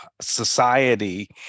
society